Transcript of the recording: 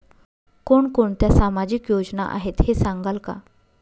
कोणकोणत्या सामाजिक योजना आहेत हे सांगाल का?